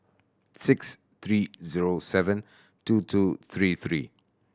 six three zero seven two two three three